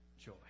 joy